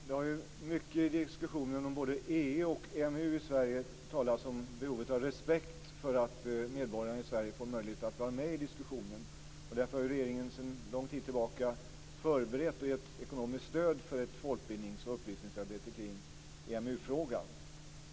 Fru talman! Det har i diskussionen om både EU och EMU i Sverige mycket talats om behovet av respekt för att medborgarna i Sverige får möjlighet att vara med i diskussionen. Därför har regeringen sedan lång tid tillbaka förberett och gett ekonomiskt stöd till ett folkbildnings och upplysningsarbete kring EMU frågan.